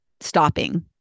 stopping